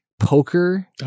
Poker